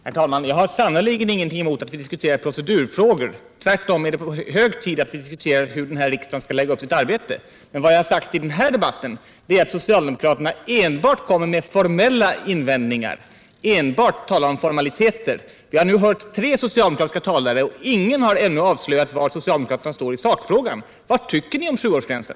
Herr talman! Jag har sannerligen ingenting emot att diskutera procedurfrågor. Tvärtom är det hög tid att diskutera hur riksdagen skall lägga upp sitt arbete. Vad jag har sagt i den här debatten är att socialdemokraterna enbart kommer med formella invändningar. Vi har nu hört tre socialdemokratiska talare, och ingen har ännu avslöjat var socialdemokraterna står i sakfrågan. Vad anser ni om sjuårsgränsen?